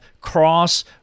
cross